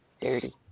Dirty